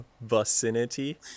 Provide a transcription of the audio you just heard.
vicinity